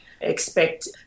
expect